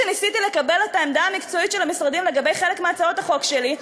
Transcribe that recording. כשניסיתי לקבל את העמדה המקצועית של המשרדים לגבי חלק מהצעות החוק שלי,